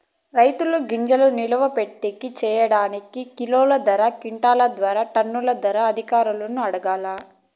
రైతుల గింజల్ని నిలువ పెట్టేకి సేయడానికి కిలోగ్రామ్ ధర, క్వింటాలు ధర, టన్నుల ధరలు అధికారులను అడగాలా?